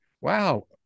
wow